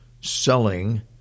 selling